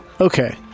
Okay